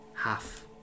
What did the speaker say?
half